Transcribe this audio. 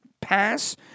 pass